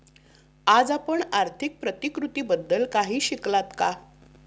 आज आपण आर्थिक प्रतिकृतीबद्दल काही शिकलात का?